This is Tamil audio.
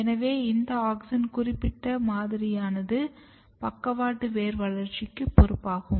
எனவே இந்த ஆக்ஸின் குறிப்பிட்ட மாதிரியானது பக்கவாட்டு வேர் வளர்ச்சிக்கு பொறுப்பாகும்